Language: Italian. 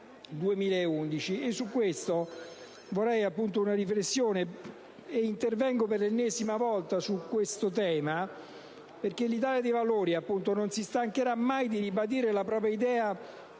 si svolgesse una riflessione. Intervengo per l'ennesima volta su questo tema, perché l'Italia dei Valori non si stancherà mai di ribadire la propria idea di